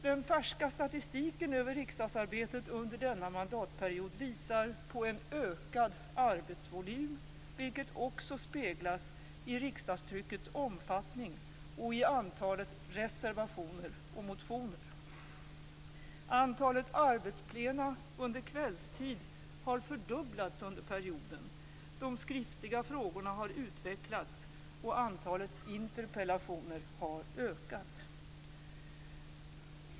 Den färska statistiken över riksdagsarbetet under denna mandatperiod visar på en ökad arbetsvolym, vilket också speglas i riksdagstryckets omfattning och i antalet reservationer och motioner. Antalet arbetsplenum under kvällstid har fördubblats under perioden. De skriftliga frågorna har utvecklats, och antalet interpellationer har ökat.